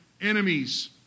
enemies